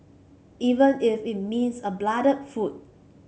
even if it means a bloodied foot